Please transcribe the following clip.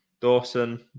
Dawson